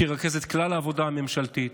שירכז את כלל העבודה הממשלתית,